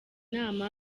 nama